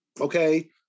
okay